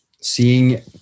seeing